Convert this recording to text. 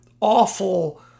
awful